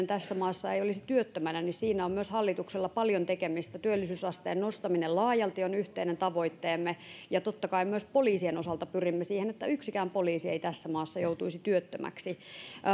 tässä maassa ei olisi työttömänä on myös hallituksella paljon tekemistä työllisyysasteen nostaminen laajalti on yhteinen tavoitteemme ja totta kai myös poliisien osalta pyrimme siihen että yksikään poliisi ei tässä maassa joutuisi työttömäksi